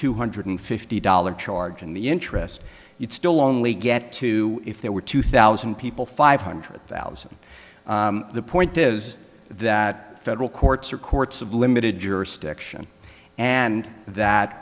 two hundred fifty dollars charge and the interest you'd still only get to if there were two thousand people five hundred thousand the point is that federal courts are courts of limited jurisdiction and that